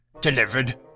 delivered